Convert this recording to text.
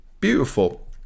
Beautiful